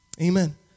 Amen